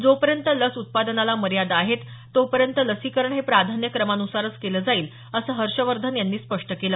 जोपर्यंत लस उत्पादनाला मर्यादा आहेत तोपर्यंत लसीकरण हे प्राधान्यक्रमानुसारच केलं जाईल असं हर्षवर्धन यांनी स्पष्ट केलं